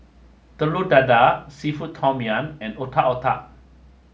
Telur Dadah Seafood Tom Yum and Otak Otak